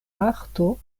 arto